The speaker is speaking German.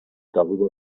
darüber